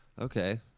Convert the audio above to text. Okay